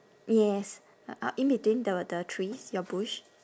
yes uh uh in between the the trees your bush